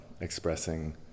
expressing